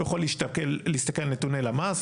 הוא יכול להסתכל על נתוני למ"ס,